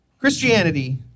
Christianity